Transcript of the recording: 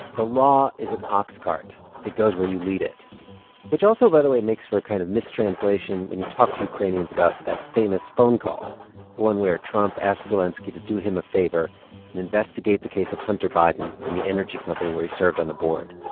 the law is an ox cart. it goes where you lead it which also, by the way, makes for a kind of mistranslation when you talk to ukrainians about that famous phone call the one where trump asked zelenskiy to do him a favor and investigate the case of hunter biden and the energy company where he served on the board.